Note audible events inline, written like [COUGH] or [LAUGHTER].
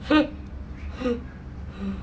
[BREATH]